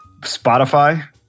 Spotify